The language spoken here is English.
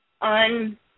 On